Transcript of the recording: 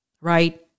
Right